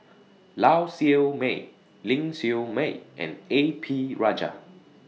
Lau Siew Mei Ling Siew May and A P Rajah